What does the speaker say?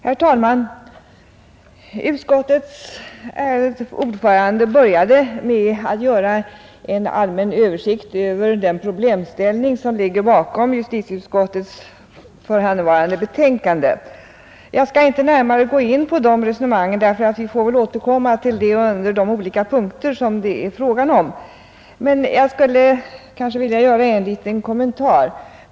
Herr talman! Utskottets ärade ordförande började med en allmän 61 översikt över den problemställning som ligger bakom justitieutskottets förevarande betänkande. Jag skall inte närmare gå in på de resonemangen; vi får väl återkomma till dem under de olika punkter det är fråga om. Men jag skulle i detta sammanhang vilja göra en liten kommentar.